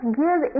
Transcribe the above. give